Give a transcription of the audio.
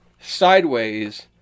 sideways